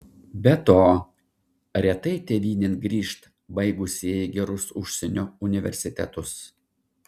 be to retai tėvynėn grįžt baigusieji gerus užsienio universitetus